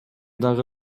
дагы